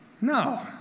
No